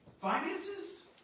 finances